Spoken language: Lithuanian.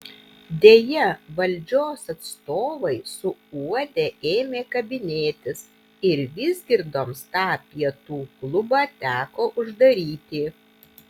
deja valdžios atstovai suuodę ėmė kabinėtis ir vizgirdoms tą pietų klubą teko uždaryti